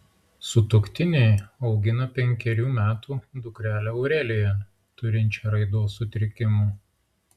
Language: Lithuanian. sutuoktiniai augina penkerių metų dukrelę aureliją turinčią raidos sutrikimų